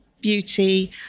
beauty